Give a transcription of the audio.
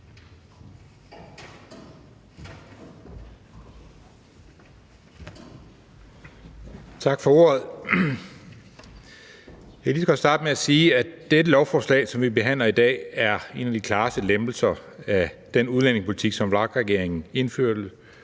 Tak for ordet. Jeg kan lige så godt starte med at sige, at dette lovforslag, som vi behandler i dag, er en af de klareste lempelser af den udlændingepolitik, som VLAK-regeringen indførte,